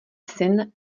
syn